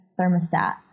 thermostat